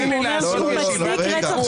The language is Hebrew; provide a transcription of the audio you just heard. הם רוצחים את בנות משפחת די.